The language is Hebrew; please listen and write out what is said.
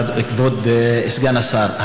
כבוד סגן השר,